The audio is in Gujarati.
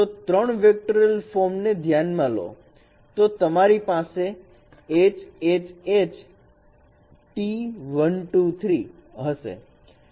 તો 3 વેક્ટોરીયલ ફોર્મ ને ધ્યાનમાં લો તો તમારી પાસે h h h T 1 2 3 હશે